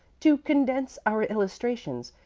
to condense our illustrations,